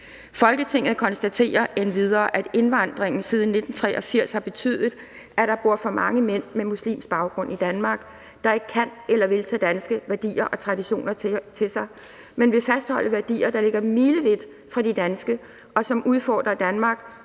Folketinget konstaterer endvidere, at indvandringen siden 1983 har betydet, at der bor for mange med muslimsk baggrund i Danmark, der ikke kan eller vil tage danske værdier og traditioner til sig, men vil fastholde værdier, der ligger milevidt fra de danske, og som udfordrer Danmark